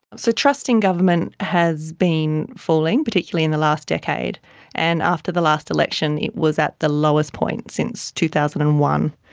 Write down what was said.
so trust in government has been falling particularly in the last decade and after the last election it was at the lowest point since two thousand and one.